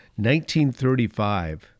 1935